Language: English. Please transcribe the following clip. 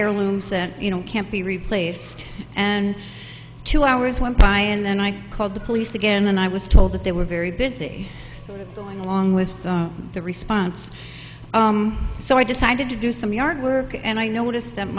heirlooms that you know can't be replaced and two hours went by and then i called the police again and i was told that they were very busy going along with the response so i decided to do some yard work and i noticed that